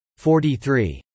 43